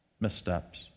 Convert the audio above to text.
missteps